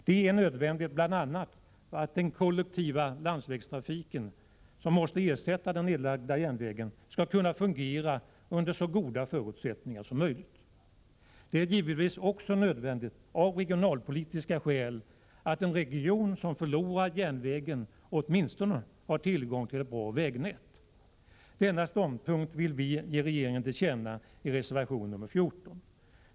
Det är nödvändigt bl.a. för att den kollektiva landsvägstrafiken — som måste ersätta den nedlagda järnvägen — skall kunna fungera under så goda förutsättningar som möjligt. Det är givetvis också nödvändigt av regionalpolitiska skäl att en region som förlorar järnvägen åtminstone har tillgång till ett bra vägnät. Denna ståndpunkt vill vi ge regeringen till känna i reservation nr 14.